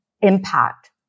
impact